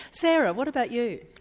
sara, what about you?